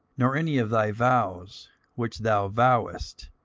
nor any of thy vows which thou vowest,